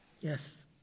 yes